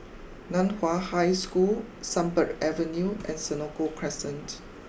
Nan Hua High School Sunbird Avenue and Senoko Crescent